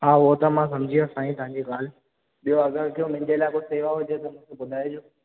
हा उहो त मां समुझी वियुसि साईं तव्हांजी ॻाल्हि ॿियो अगरि जो मुंहिंजे लाइ कुझु सेवा हुजे त मूंखे ॿुधाएजो